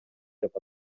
деп